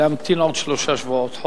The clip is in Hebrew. ולהמתין עוד שלושה שבועות,